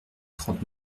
trente